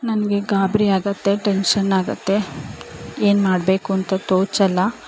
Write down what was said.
ನನಗೆ ಗಾಬರಿಯಾಗುತ್ತೆ ಟೆನ್ಷನ್ ಆಗುತ್ತೆ ಏನು ಮಾಡಬೇಕೂಂತ ತೋಚೋಲ್ಲ